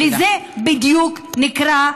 זה בדיוק נקרא: